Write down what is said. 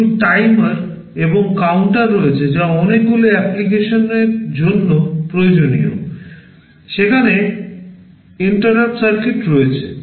কিছু টাইমার এবং কাউন্টার রয়েছে যা অনেকগুলি অ্যাপ্লিকেশনের জন্য প্রয়োজনীয় সেখানে interrupt সার্কিট রয়েছে